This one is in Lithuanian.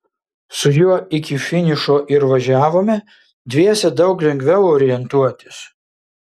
su juo iki finišo ir važiavome dviese daug lengviau orientuotis